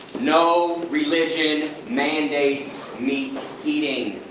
no religion mandates meat eating!